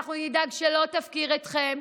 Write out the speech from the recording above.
אנחנו נדאג שלא תפקיר אתכם,